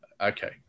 Okay